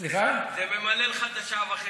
זה ממלא לך את השעה וחצי.